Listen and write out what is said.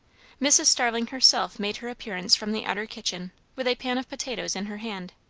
mrs. starling herself made her appearance from the outer kitchen with a pan of potatoes in her hand.